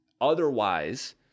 otherwise